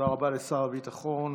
רבה לשר הביטחון.